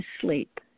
sleep